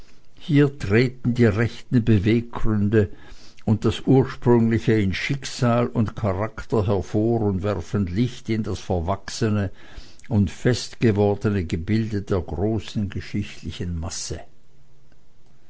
hier treten die rechten beweggründe und das ursprüngliche in schicksal und charakter hervor und werfen licht in das verwachsene und fest gewordene gebilde der großen geschichtlichen masse